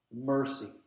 mercy